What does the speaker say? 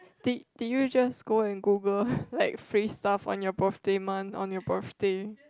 did did you just go and Google like free stuff on your birthday month on your birthday